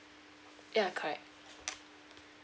ya correct